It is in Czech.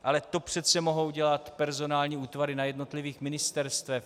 Ale to přece mohou dělat personální útvary na jednotlivých ministerstvech.